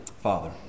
Father